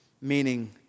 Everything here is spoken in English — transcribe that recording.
Meaning